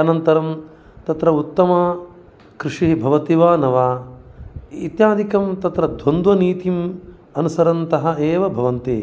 अनन्तरं तत्र उत्तमा कृषिः भवति वा न वा इत्यादिकं तत्र द्वन्द्वनीतिम् अनुसरन्तः एव भवन्ति